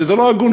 שזה לא הגון,